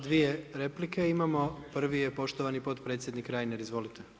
Dvije replike imamo, prvi je poštovani potpredsjednik Reiner, izvolite.